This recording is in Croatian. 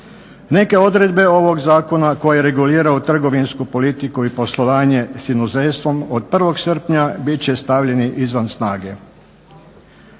Neke odredbe ovoga zakona koje reguliraju trgovinsku politiku i poslovanje s inozemstvom od 1. srpnja biti će stavljeni izvan snage.